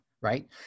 Right